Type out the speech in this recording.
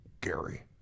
Gary